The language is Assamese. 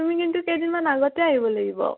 তুমি কিন্তু কেইদিনমান আগতে আহিব লাগিব